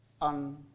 on